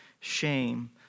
shame